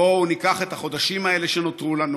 בואו ניקח את החודשים האלה שנותרו לנו